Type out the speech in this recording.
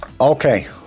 Okay